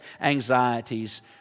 anxieties